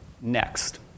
Next